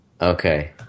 Okay